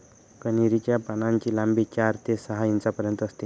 कन्हेरी च्या पानांची लांबी चार ते सहा इंचापर्यंत असते